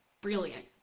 brilliant